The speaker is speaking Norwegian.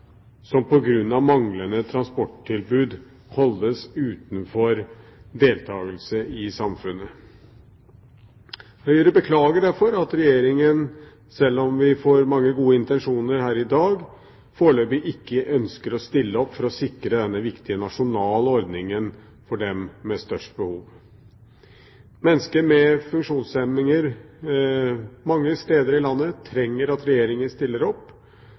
grunn av manglende transporttilbud holdes utenfor deltakelse i samfunnet. Høyre beklager derfor at Regjeringen, selv om vi har fått mange gode intensjoner her i dag, foreløpig ikke ønsker å stille opp for å sikre denne viktige nasjonale ordningen for dem med størst behov. Mennesker med funksjonshemninger mange steder i landet trenger at Regjeringen stiller opp,